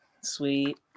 Sweet